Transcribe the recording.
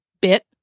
bit